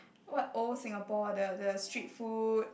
what old Singapore the the street food